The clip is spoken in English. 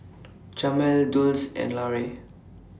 Jamel Dulce and Larae